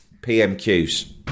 PMQs